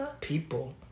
people